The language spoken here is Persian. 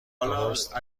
درست